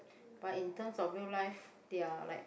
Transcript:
but in terms of real life they are like